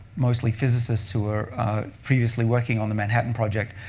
mostly physicists who were previously working on the manhattan project,